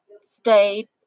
stayed